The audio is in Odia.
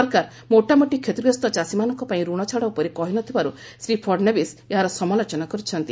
ସରକାର ମୋଟାମୋଟି କ୍ଷତିଗ୍ରସ୍ତ ଚାଷୀମାନଙ୍କପାଇଁ ଋଣଛାଡ଼ ଉପରେ କହି ନ ଥିବାରୁ ଶ୍ରୀ ଫଡ଼ଶବୀସ ଏହାର ସମାଲୋଚନା କରିଛନ୍ତି